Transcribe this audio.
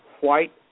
white